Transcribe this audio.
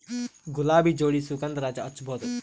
ಗುಲಾಬಿ ಜೋಡಿ ಸುಗಂಧರಾಜ ಹಚ್ಬಬಹುದ?